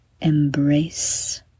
embrace